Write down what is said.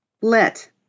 Let